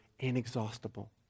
Inexhaustible